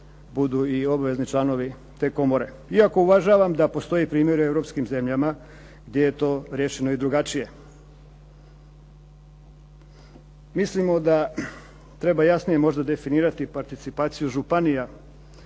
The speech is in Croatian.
budu i obvezni članovi te komore. Iako uvažavam da postoje primjeri u europskim zemljama gdje je to riješeno i drugačije. Mislimo da treba jasnije možda definirati participaciju županija